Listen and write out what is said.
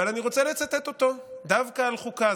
אבל אני רוצה לצטט אותו דווקא על חוקה.